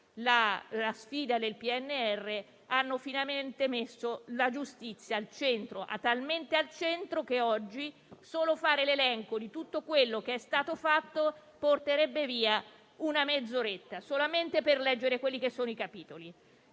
la sfida del PNRR, hanno finalmente messo la giustizia al centro, talmente al centro che solo fare l'elenco di tutto quello che è stato fatto, oggi porterebbe via una mezz'oretta, solo per leggerne i capitoli.